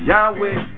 Yahweh